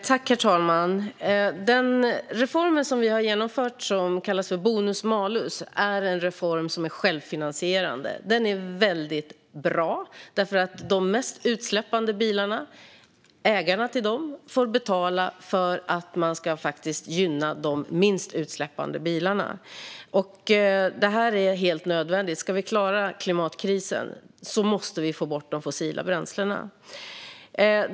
Herr talman! Den reform vi har genomfört som kallas bonus-malus är en reform som är självfinansierande. Den är väldigt bra, eftersom ägarna till de mest utsläppande bilarna får betala för att man ska gynna de minst utsläppande bilarna. Detta är helt nödvändigt. Ska vi klara klimatkrisen måste vi få bort de fossila bränslena.